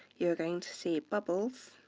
you're going to see bubbles,